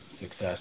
success